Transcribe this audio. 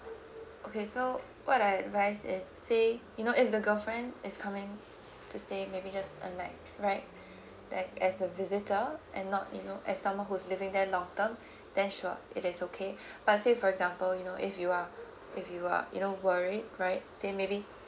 okay so what I advise is say you know if the girlfriend is coming to stay maybe just a night right like as a visitor and not you know as someone who's living there long term then sure it is okay but say for example you know if you are if you are you know worried right then maybe